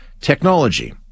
technology